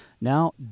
Now